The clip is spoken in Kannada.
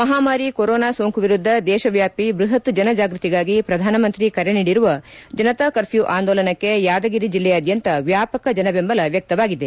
ಮಹಾಮಾರಿ ಕೊರೋನಾ ಸೋಂಕು ವಿರುದ್ದ ದೇಶವ್ಕಾಪಿ ಬೃಹತ್ ಜನ ಜಾಗೃತಿಗಾಗಿ ಪ್ರಧಾನಮಂತ್ರಿ ಕರೆ ನೀಡಿರುವ ಜನತಾ ಕರ್ಫ್ಲೂ ಆಂದೋಲನಕ್ಕೆ ಯಾದಗಿರಿ ಜಿಲ್ಲೆಯಾದ್ದಂತ ವ್ಯಾಪಕ ಜನ ಬೆಂಬಲ ವ್ಯಕ್ತವಾಗಿದೆ